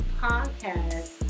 podcast